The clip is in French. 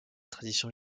tradition